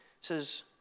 Says